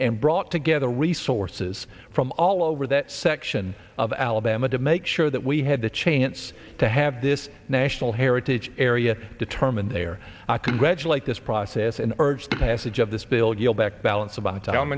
and brought together resources from all over that section of alabama to make sure that we had the chance to have this national heritage area determined there i congratulate this process and urge the passage of this bill you'll back balance a bo